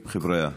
חבריא.